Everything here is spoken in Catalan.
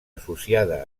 associada